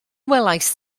welaist